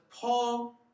Paul